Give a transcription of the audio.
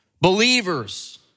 Believers